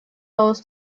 aus